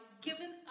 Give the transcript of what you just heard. given